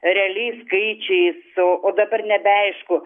realiais skaičiais o o dabar nebeaišku